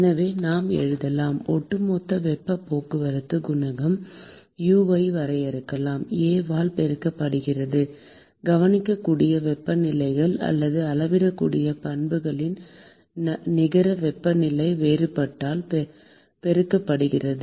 எனவே நாம் எழுதலாம் ஒட்டுமொத்த வெப்ப போக்குவரத்து குணகம் U ஐ வரையறுக்கலாம் A ஆல் பெருக்கப்படுகிறது கவனிக்கக்கூடிய வெப்பநிலைகள் அல்லது அளவிடக்கூடிய பண்புகளின் நிகர வெப்பநிலை வேறுபாட்டால் பெருக்கப்படுகிறது